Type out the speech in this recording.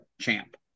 champ